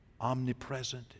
omnipresent